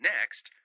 Next